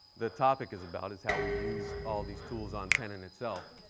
the topic is about, is how we use all these tools on tenon itself.